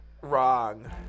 wrong